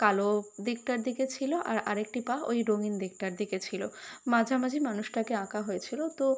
কালো দিকটার দিকে ছিল আর আরেকটি পা ওই রঙিন দিকটার দিকে ছিল মাঝামাঝি মানুষটাকে আঁকা হয়েছিল তো